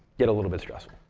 get a little bit stressful.